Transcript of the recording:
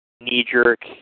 knee-jerk